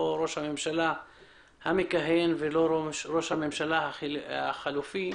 לא ראש הממשלה המכהן ולא ראש הממשלה החליפי,